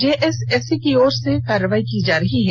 JSSC की ओर से कार्रवाई की जा रही है